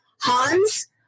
Hans